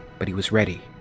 but he was ready.